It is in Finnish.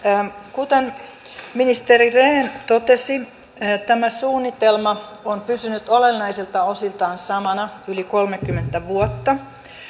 kuten ministeri rehn totesi tämä suunnitelma on pysynyt olennaisilta osiltaan samana yli kolmekymmentä vuotta